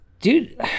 Dude